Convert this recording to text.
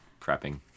prepping